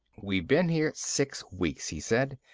we've been here six weeks, he said,